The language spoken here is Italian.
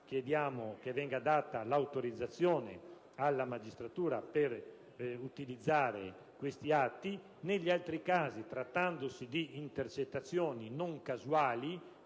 tre casi venga concessa l'autorizzazione alla magistratura per utilizzare questi atti. Negli altri casi, trattandosi di intercettazioni non casuali,